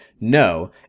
no